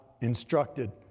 instructed